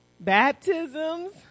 Baptisms